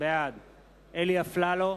בעד אלי אפללו,